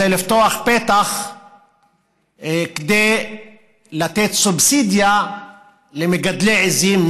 לפתוח פתח כדי לתת סובסידיה למגדלי עיזים,